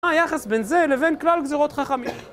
מה היחס בין זה לבין כלל גזירות חכמים?